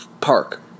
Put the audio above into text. park